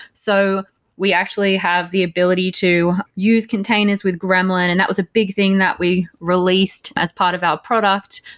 so we actually have the ability to use containers with gremlin and that was a big thing that we released as part of our product.